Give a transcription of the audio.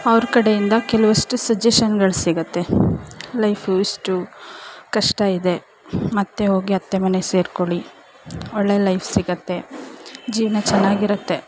ಅವ್ರ ಕಡೆಯಿಂದ ಕೆಲ್ವಷ್ಟು ಸಜೆಷನ್ನುಗಳು ಸಿಗುತ್ತೆ ಲೈಫು ಇಷ್ಟು ಕಷ್ಟ ಇದೆ ಮತ್ತು ಹೋಗಿ ಅತ್ತೆ ಮನೆ ಸೇರ್ಕೊಳ್ಳಿ ಒಳ್ಳೆಯ ಲೈಫ್ ಸಿಗುತ್ತೆ ಜೀವನ ಚೆನ್ನಾಗಿರತ್ತೆ